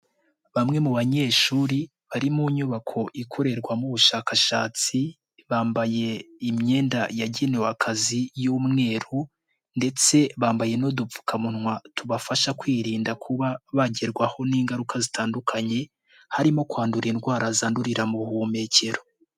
Bamwe mu banyeshuri bari mu nyubako ikorerwamo ubushakashatsi, bambaye imyenda yagenewe akazi y'umweru ndetse bambaye n'udupfukamunwa, tubafasha kwirinda kuba bagerwaho n'ingaruka zitandukanye, harimo kwandura indwara zandurira mu buhumekero.